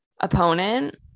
opponent